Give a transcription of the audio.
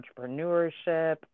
entrepreneurship